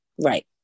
Right